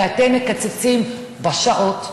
ואתם מקצצים בשעות,